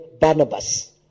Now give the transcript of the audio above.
Barnabas